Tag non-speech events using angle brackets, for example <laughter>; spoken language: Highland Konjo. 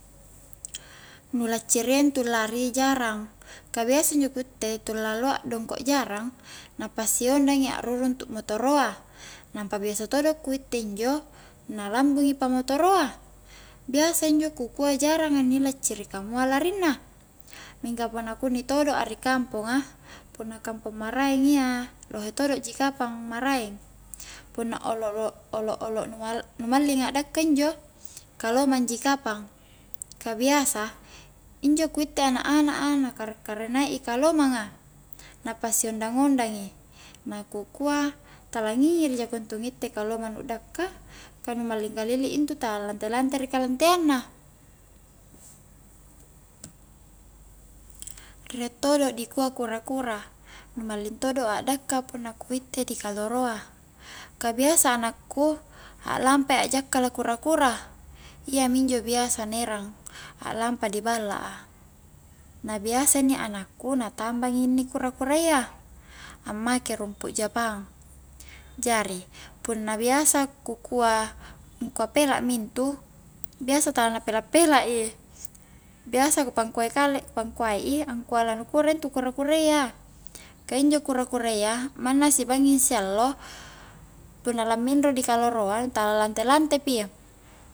Nu lacciria intu lari jarang, ka biasa injo ku utte tu lalloa dongko jarang na pasi ondangi a'rurung tu' motoro a nampa biasa todo ku utte injo na lambungi pamotoroa, biasa injo ku kua jaranga inni lacciri kamua larinna mingka punna kunni todoa ri kamponga punna kampong maraeng iya lohe todo ji kapang maraeng punna ololo'-olo'-olo' nu mal-nu mallinga dakka injo kalomang ji kapang ka biasa injo ku utte anak-anak a, na kare'na-karenai i kalomanga, na pasi ondang-ondangi, na ku kua tala ngingiri jako intu ngittei kalomang nu dakka, ka nu malling kalili intu tala lante-lante ri kalanteang na riek todo dikua kura-kura nu malling todo a'dakka punna ku itte di kaloroa, ka biasa anakku aklampa i akjakkala kura-kura, iyaiminjo biasa na erang, aklampa di balla a, na biasa inni anakku na tambang inni kura-kura iya, ammake rumpu jepang jari punna biasa ku kua angkua pela mi intu, biasa tala na pela-pela i <laughs> biasa ku pangkuai kale, ku pangkuai i angkua lanu kura intu intu kura-kurayya ka injo kura-kurayya manna sibangnging si allo punna laminro dikaloroa tala lante-lante pi